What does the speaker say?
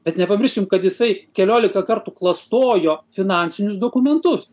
bet nepamirškim kad jisai keliolika kartų klastojo finansinius dokumentus